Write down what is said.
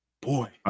Boy